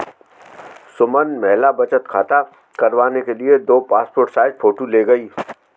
सुमन महिला बचत खाता करवाने के लिए दो पासपोर्ट साइज फोटो ले गई